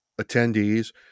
attendees